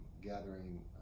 gathering